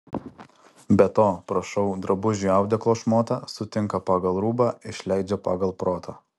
be to prašau drabužiui audeklo šmotą sutinka pagal rūbą išleidžia pagal protą